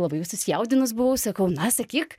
labai jau susijaudinus buvau sakau na sakyk